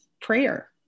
prayer